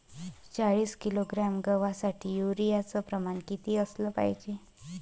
चाळीस किलोग्रॅम गवासाठी यूरिया च प्रमान किती असलं पायजे?